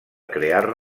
crear